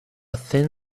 thin